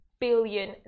billion